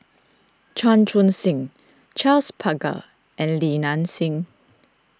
Chan Chun Sing Charles Paglar and Li Nanxing